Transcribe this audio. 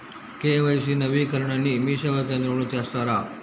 KYC నవీకరణని మీసేవా కేంద్రం లో చేస్తారా?